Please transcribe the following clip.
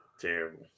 Terrible